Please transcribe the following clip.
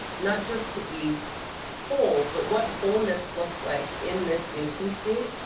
not just to be whole, but what wholeness looks like in this nation state,